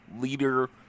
leader